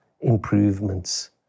improvements